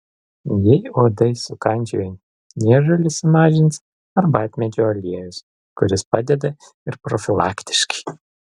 jei uodai sukandžiojo niežulį sumažins arbatmedžio aliejus kuris padeda ir profilaktiškai